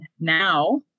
now